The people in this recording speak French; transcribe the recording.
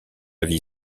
vie